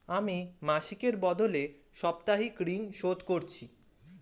আমি মাসিকের বদলে সাপ্তাহিক ঋন শোধ করছি